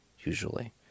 usually